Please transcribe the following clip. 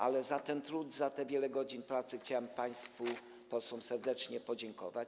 Ale za ten trud, za te wiele godzin pracy chciałem państwu posłom serdecznie podziękować.